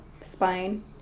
spine